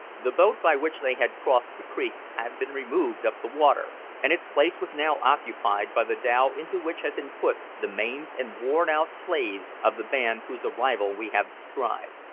the boat by which they had crossed the creek had been removed up the water, and its place was now occupied by the dhow into which had been put the maimed and worn-out slaves of the band whose arrival we have described.